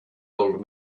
old